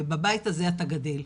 ובבית הזה אתה גדל.